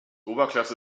oberklasse